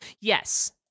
Yes